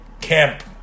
camp